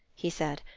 he said,